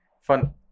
fun